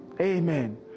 Amen